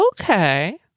Okay